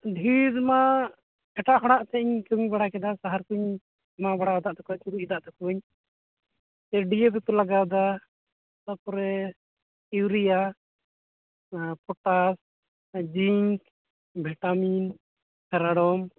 ᱰᱷᱮᱨ ᱢᱟ ᱮᱴᱟᱜ ᱦᱚᱲᱟᱜ ᱥᱮᱫ ᱤᱧ ᱠᱟᱹᱢᱤ ᱵᱟᱲᱟ ᱠᱮᱫᱟ ᱥᱟᱦᱟᱨ ᱠᱚᱧ ᱮᱢᱟ ᱵᱟᱲᱟᱣ ᱟᱠᱟᱫᱟ ᱪᱩᱨᱩᱡ ᱟᱠᱟᱫ ᱛᱟᱠᱚᱣᱟᱹᱧ ᱰᱤ ᱮ ᱯᱤ ᱠᱚ ᱞᱟᱜᱟᱣᱮᱫᱟ ᱛᱟᱨᱯᱚᱨᱮ ᱤᱭᱩᱨᱤᱭᱟ ᱟᱨ ᱯᱚᱴᱟᱥ ᱡᱤᱝᱠ ᱵᱷᱤᱴᱟᱢᱤᱱ ᱨᱟᱲᱚᱢ